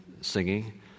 singing